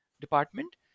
department